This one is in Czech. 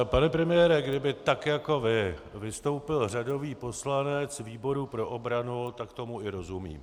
Pane premiére, kdyby tak jako vy vystoupil řadový poslanec výboru pro obranu, tak tomu i rozumím.